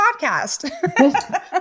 podcast